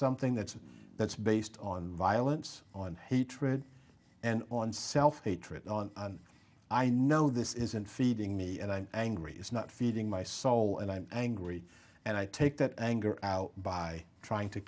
something that's that's based on violence on hatred and on self hatred on i know this isn't feeding me and i am really is not feeding my soul and i'm angry and i take that anger out by trying to